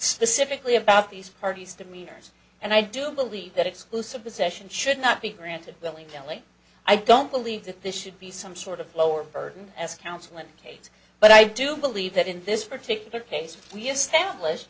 specifically about these parties demeanors and i do believe that exclusive possession should not be granted willing telly i don't believe that this should be some sort of lower burden as counsel and kate but i do believe that in this particular case we established